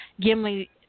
Gimli